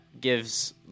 gives